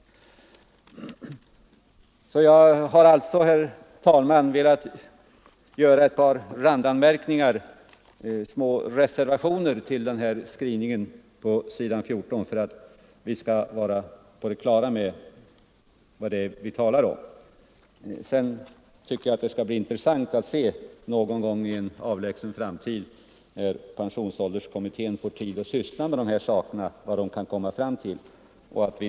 Jag har, herr talman, velat göra ett par randanmärkningar, ett par små reservationer till skrivningen på s. 14 i utskottets betänkande, för att vi skall vara på det klara med vad det är vi talar om. Det skall bli intressant att någon gång i en avlägsen framtid, när pensionsålderskommittén får tid att syssla med det här, se vad den kommer fram till.